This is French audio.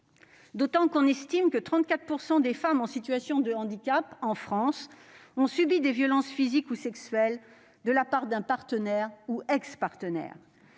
De surcroît, on estime que 34 % des femmes en situation de handicap en France ont subi des violences physiques ou sexuelles de la part d'un partenaire ou d'un ex-partenaire.